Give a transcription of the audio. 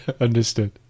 Understood